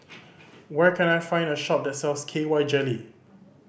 where can I find a shop that sells K Y Jelly